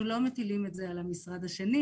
אנחנו לא מטילים את זה על המשרד השני.